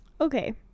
Okay